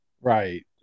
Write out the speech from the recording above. right